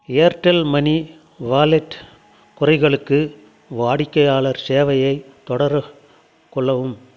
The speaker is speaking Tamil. ஏர்டெல் மனி வாலெட் குறைகளுக்கு வாடிக்கையாளர் சேவையை தொடர்புகொள்ளவும்